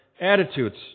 attitudes